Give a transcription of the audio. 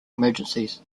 emergencies